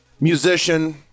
musician